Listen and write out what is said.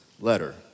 letter